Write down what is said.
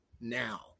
now